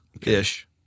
ish